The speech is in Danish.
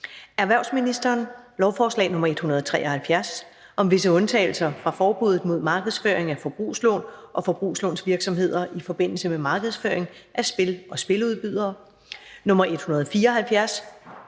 sponsorering af idrætsorganisationer m.v. fra forbuddet mod markedsføring af forbrugslån og forbrugslånsvirksomheder i forbindelse med markedsføring af spil og spiludbydere)),